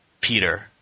Peter